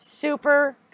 super